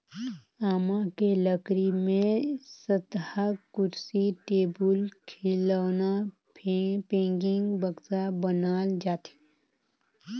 आमा के लकरी में सस्तहा कुरसी, टेबुल, खिलउना, पेकिंग, बक्सा बनाल जाथे